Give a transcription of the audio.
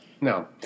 No